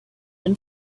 been